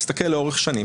תסתכל לאורך שנים,